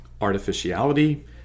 artificiality